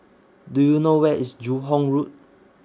Do YOU know Where IS Joo Hong Road